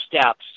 steps